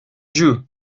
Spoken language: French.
dieu